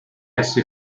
essi